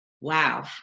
wow